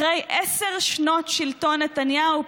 אחרי עשר שנות שלטון נתניהו,